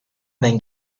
van